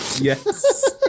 Yes